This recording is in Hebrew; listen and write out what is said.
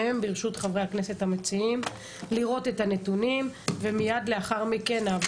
תודה רבה ענבר